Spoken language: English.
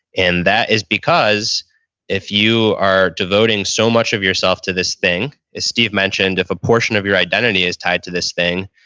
and that is because if if you are devoting so much of yourself to this thing, as steve mentioned if a portion of your identity is tied to this thing,